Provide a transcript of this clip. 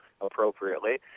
appropriately